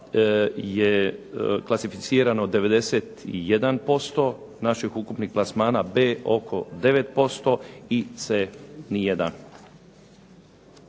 je klasificirano 91% naših ukupnih plasmana, B oko 9% i C nijedan.